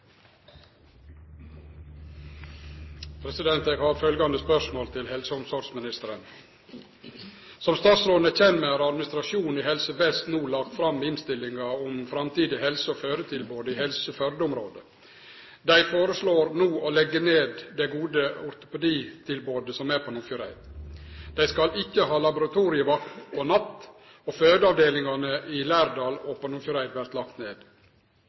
omsorgsministeren: «Som statsråden er kjend med har administrasjonen i Helse Vest no lagt fram innstillinga om framtidig helse- og fødetilbod i Helse Førde-området. Dei føreslår no å leggje ned det gode ortopeditilbodet som er på Nordfjordeid. Dei skal ikkje ha laboratorievakt på natt, og fødeavdelingane i Lærdal og på Nordfjordeid vert lagde ned.